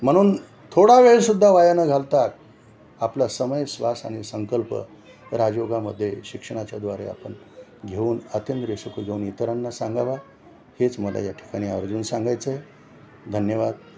म्हणून थोडा वेळसुद्धा वाया न घालता आपला समय श्वास आणि संकल्प राजयोगामध्ये शिक्षणाच्याद्वारे आपण घेऊन अतिंद्रिय सुखं घेऊन इतरांना सांगावं हेच मला या ठिकाणी आवर्जून सांगायचं आहे धन्यवाद